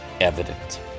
evident